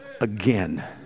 again